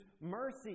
mercy